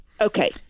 okay